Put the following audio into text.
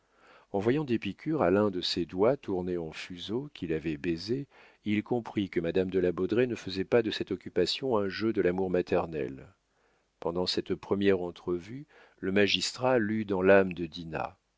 en voyant des piqûres à l'un de ces doigts tournés en fuseau qu'il avait baisés il comprit que madame de la baudraye ne faisait pas de cette occupation un jeu de l'amour maternel pendant cette première entrevue le magistrat lut dans l'âme de dinah